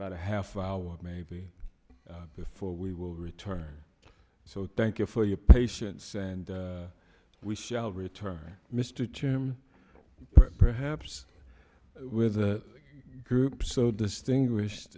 about a half hour maybe before we will return so thank you for your patience and we shall return mr tombe perhaps with a group so distinguished